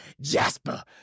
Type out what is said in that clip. jasper